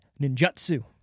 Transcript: ninjutsu